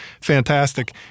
fantastic